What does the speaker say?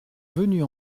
venues